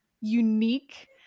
unique